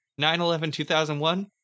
9-11-2001